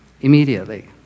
immediately